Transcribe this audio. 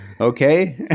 Okay